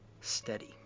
steady